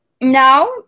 now